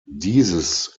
dieses